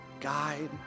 guide